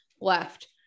left